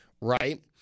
right